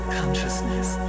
consciousness